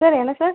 sir என்ன sir